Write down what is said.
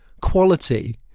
quality